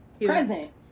present